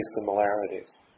similarities